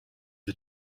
the